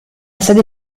sede